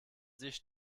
sich